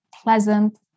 pleasant